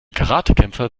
karatekämpfer